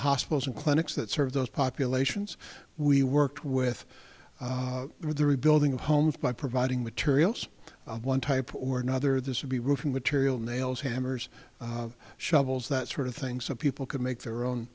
hospitals and clinics that serve those populations we worked with the rebuilding of homes by providing materials of one type or another this would be roofing material nails hammers shovels that sort of thing so people can make their own